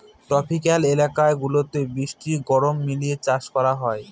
tropical এলাকা গুলাতে বৃষ্টি গরম মিলিয়ে চাষ করা হয়